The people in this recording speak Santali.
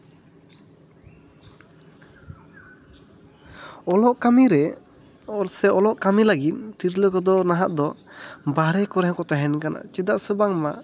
ᱚᱞᱚᱜ ᱠᱟᱹᱢᱤ ᱨᱮ ᱥᱮ ᱚᱞᱚᱜ ᱠᱟᱹᱢᱤ ᱞᱟᱹᱜᱤᱫ ᱛᱤᱨᱞᱟᱹ ᱠᱚᱫᱚ ᱱᱟᱦᱟᱜ ᱫᱚ ᱵᱟᱦᱨᱮ ᱠᱚᱨᱮ ᱦᱚᱸᱠᱚ ᱛᱟᱦᱮᱱ ᱠᱟᱱᱟ ᱪᱮᱫᱟᱜ ᱥᱮ ᱵᱟᱝᱢᱟ